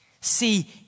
see